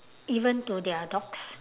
even to their dogs